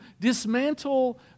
dismantle